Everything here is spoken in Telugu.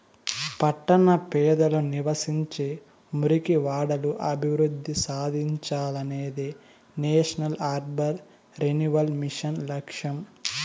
పట్టణ పేదలు నివసించే మురికివాడలు అభివృద్ధి సాధించాలనేదే నేషనల్ అర్బన్ రెన్యువల్ మిషన్ లక్ష్యం